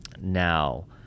now